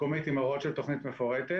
מקומית עם הוראות של תוכנית מפורטת,